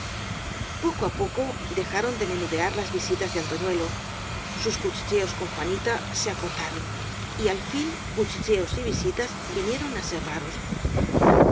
poco á poco dejaron de menudear las visitas de antoñuelo sus cuchicheos con juanita se acorta ron yal fin cuchicheos y visitas vinieron á